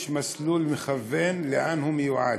ויש מסלול מכוון לאן הוא מיועד,